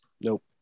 Nope